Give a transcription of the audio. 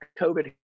COVID